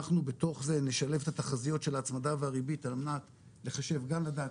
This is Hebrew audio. אנחנו בתוך זה נשלב את התחזיות של ההצמדה והריבית על מנת לחשב וגם לדעת